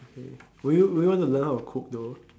okay will you will you want to learn how to cook though